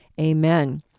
amen